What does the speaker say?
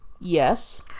Yes